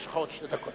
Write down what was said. יש לך עוד שתי דקות.